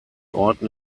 orten